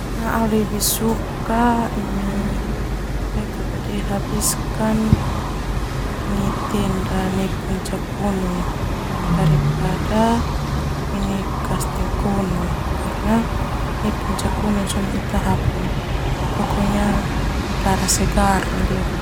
Au lebih suka ini habiskan tenda nai puncak gunung daripada ini kastil kuno karna pokonya udara segar.